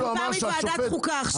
אני באה מוועדת חוקה עכשיו.